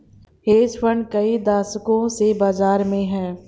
hedge fund कई दशकों से बाज़ार में हैं